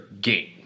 game